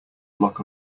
block